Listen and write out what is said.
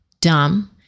dumb